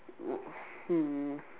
hmm